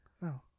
No